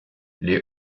les